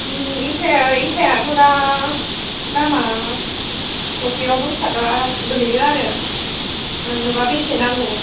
इथायाथ' दा दामा थरसेयाव दसथाखा गोग्लैयो आरो नोंनोबा बेसे नांगौ